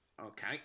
Okay